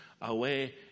away